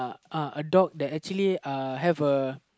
uh a dog that actually uh have a